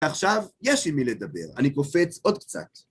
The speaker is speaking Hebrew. עכשיו יש לי מי לדבר, אני קופץ עוד קצת.